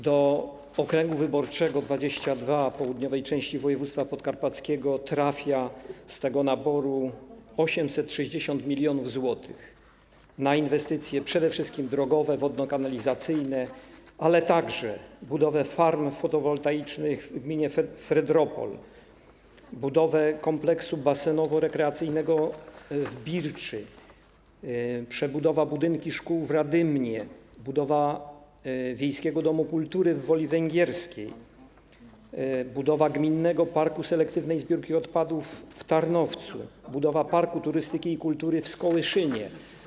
Do okręgu wyborczego nr 22 południowej części województwa podkarpackiego trafia z tego naboru 860 mln zł na inwestycje, przede wszystkim drogowe, wodno-kanalizacyjne, ale także na budowę farm fotowoltaicznych w gminie Fredropol, kompleksu basenowo-rekreacyjnego w Birczy, przebudowę budynku szkół w Radymnie, budowę wiejskiego domu kultury w Woli Węgierskiej, gminnego parku selektywnej zbiórki odpadów w Tarnowcu czy parku turystyki i kultury w Skołyszynie.